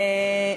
תודה,